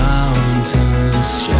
Mountains